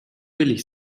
billig